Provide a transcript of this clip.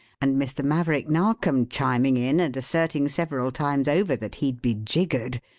and mr. maverick narkom chiming in and asserting several times over that he'd be jiggered,